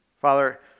Father